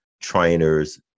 trainers